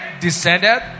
descended